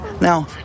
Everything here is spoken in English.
Now